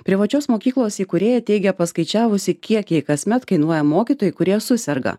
privačios mokyklos įkūrėja teigė paskaičiavusi kiek jai kasmet kainuoja mokytojai kurie suserga